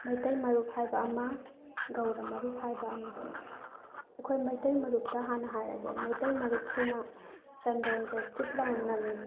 ꯃꯩꯇꯩ ꯃꯔꯨꯞ ꯍꯥꯏꯕ ꯑꯃ ꯒꯧꯔ ꯃꯔꯨꯞ ꯍꯥꯏꯕ ꯑꯃ ꯑꯩꯈꯣꯏ ꯃꯩꯇꯩ ꯃꯔꯨꯞꯇ ꯍꯥꯟꯅ ꯍꯥꯏꯔꯒꯦ ꯃꯩꯇꯩ ꯃꯔꯨꯞꯁꯤꯅ ꯆꯟꯗꯣꯟꯁꯦ ꯀꯤꯠ ꯂꯥꯎ ꯅꯝꯃꯤ